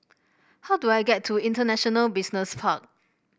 how do I get to International Business Park